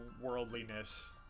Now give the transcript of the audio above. worldliness